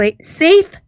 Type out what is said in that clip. safe